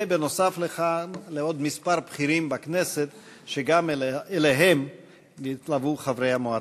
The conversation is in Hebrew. ונוסף על כך לעוד כמה בכירים בכנסת שגם אליהם התלוו חברי המועצה.